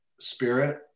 spirit